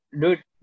dude